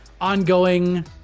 ongoing